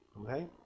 Okay